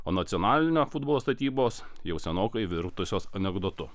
o nacionalinio futbolo statybos jau senokai virtusios anekdotu